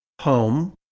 home